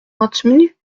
maintenu